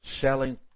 selling